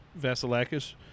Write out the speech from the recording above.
Vasilakis